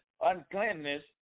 uncleanness